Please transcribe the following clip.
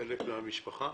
חלק מהמשפחה